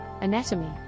anatomy